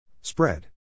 Spread